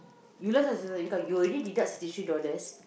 you lost your source of income you already deduct sixty three dollars